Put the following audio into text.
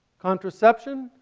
contraception,